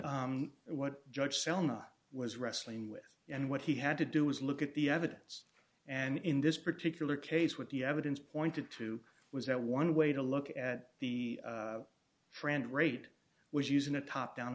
what judge selma was wrestling with and what he had to do was look at the evidence and in this particular case what the evidence pointed to was that one way to look at the friend rate was using a top down